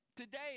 today